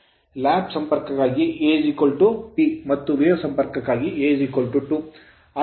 lap lap ಸಂಪರ್ಕಕ್ಕಾಗಿ A P ಮತ್ತು wave ತರಂಗ ಸಂಪರ್ಕಕ್ಕಾಗಿ A 2